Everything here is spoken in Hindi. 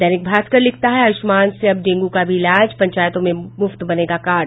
दैनिक भास्कर लिखता है आयुष्मान से अब डेंगू का भी इलाज पंचायतों में मुफ्त बनेगा कार्ड